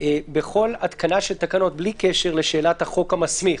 בכל התקנה של תקנות בלי קשר לשאלת החוק המסמיך